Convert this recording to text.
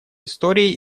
истории